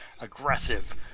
aggressive